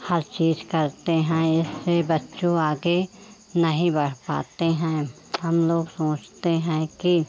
हर चीज़ करते हैं इससे बच्चे आगे नहीं बढ़ पाते हैं हम लोग सोचते हैं कि